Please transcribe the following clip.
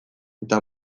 eta